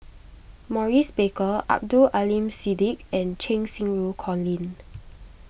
Maurice Baker Abdul Aleem Siddique and Cheng Xinru Colin